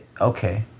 okay